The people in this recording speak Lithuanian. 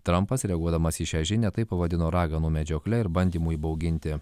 trampas reaguodamas į šią žinią tai pavadino raganų medžiokle ir bandymu įbauginti